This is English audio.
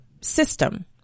system